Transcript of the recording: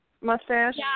mustache